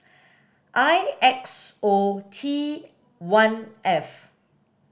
I X O T one F